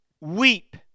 Weep